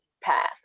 path